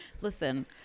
Listen